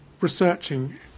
researching